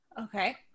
Okay